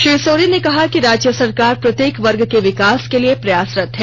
श्री सोरेन ने कहा कि राज्य सरकार प्रत्येक वर्ग के विकास के लिए प्रसासरत है